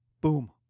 Boom